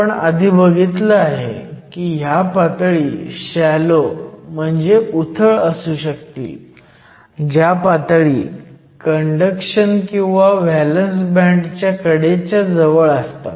आपण आधी बघितलं आहे की ह्या पातळी शॅलो म्हणजे उथळ असू शकतील ज्या पातळी कंडक्शन किंवा व्हॅलंस बँड च्या कडेच्या जवळ असतात